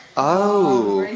oh.